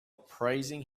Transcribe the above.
praising